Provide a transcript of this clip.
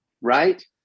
Right